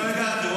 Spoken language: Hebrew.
לא הגעתי.